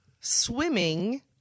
swimming